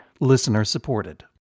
listener-supported